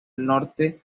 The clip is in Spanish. norte